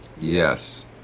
Yes